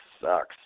sucks